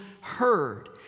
heard